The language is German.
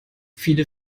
viele